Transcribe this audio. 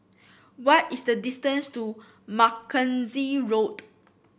what is the distance to Mackenzie Road